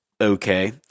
okay